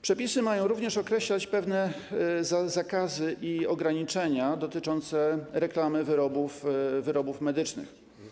Przepisy mają również określać pewne zakazy i ograniczenia dotyczące reklamy wyrobów medycznych.